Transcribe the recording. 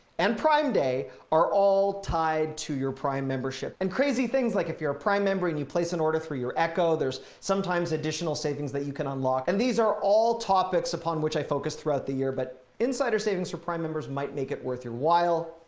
and prime day are all tied to your prime membership and crazy things like if you're a prime member and you place an order through your echo, there's sometimes additional savings that you can unlock. and these are all topics upon which i focus throughout the year but insider savings for prime members might make it worth your while.